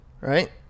right